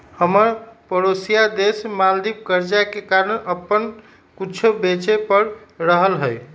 हमर परोसिया देश मालदीव कर्जा के कारण अप्पन कुछो बेचे पड़ रहल हइ